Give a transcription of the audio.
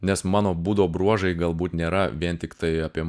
nes mano būdo bruožai galbūt nėra vien tiktai apie